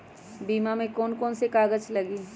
बीमा में कौन कौन से कागज लगी?